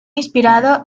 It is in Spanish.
inspirado